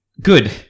Good